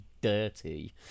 dirty